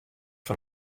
fan